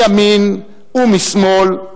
מימין ומשמאל,